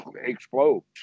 explodes